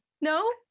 no